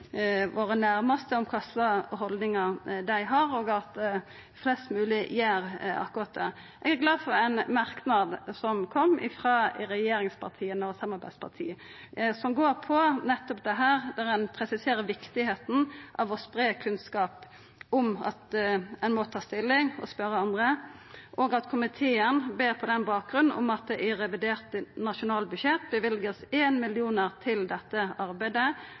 våre næraste om kva slags haldningar dei har, og flest mogleg må gjera akkurat det. Eg er glad for ein merknad som kom frå regjeringspartia og samarbeidspartia som går på nettopp dette, der ein presiserer viktigheita av å spreia kunnskap om at ein må ta stilling og spørja andre. Komiteen ber på den bakgrunn om at det i revidert nasjonalbudsjett vert løyvd 1 mill. kr til dette arbeidet,